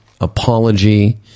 apology